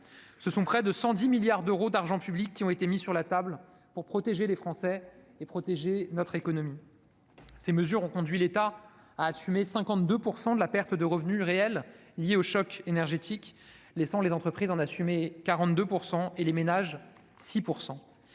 ce sont près de 110 milliards d'euros d'argent public qui ont été mis sur la table pour protéger les Français et notre économie. Ces mesures ont conduit l'État à assumer 52 % de la perte de revenus réels liée au choc énergétique, laissant les entreprises en assumer 42 % et les ménages 6 %.